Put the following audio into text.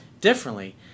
differently